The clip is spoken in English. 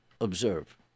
observe